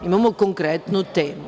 Imamo konkretnu temu.